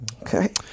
Okay